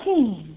King